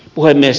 puhemies